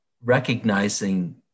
recognizing